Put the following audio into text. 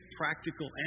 practical